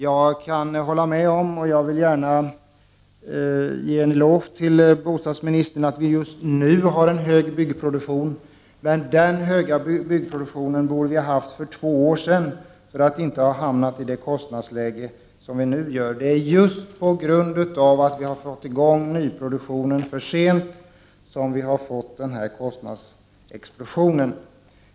Jag vill gärna ge en eloge till bostadsministern för att vi just nu har en hög byggnadsproduktion, men den borde vi ha haft för två år sedan för att vi skulle ha kunnat undvika att hamna i det kostnadsläge som vi nu har. Det är just på grund av att vi har fått i gång nyproduktionen för sent som vi har fått en kostnadsexplosion.